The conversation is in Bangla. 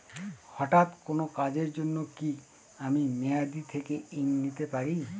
হঠাৎ কোন কাজের জন্য কি আমি মেয়াদী থেকে ঋণ নিতে পারি?